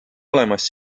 olemas